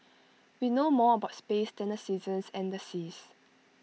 we know more about space than the seasons and the seas